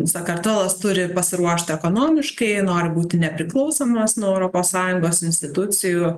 sakartvelas turi pasiruošti ekonomiškai nori būti nepriklausomas nuo europos sąjungos institucijų